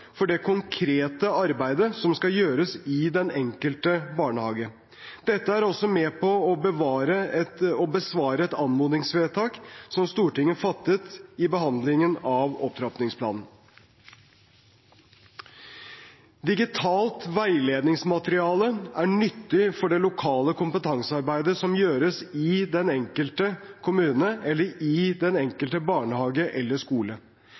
for det konkrete arbeidet som skal gjøres i den enkelte barnehage. Det er også med på å besvare et anmodningsvedtak som Stortinget fattet i behandlingen av opptrappingsplanen. Digitalt veiledningsmateriale er nyttig for det lokale kompetansearbeidet som gjøres i den enkelte kommune eller i den enkelte barnehage eller skole.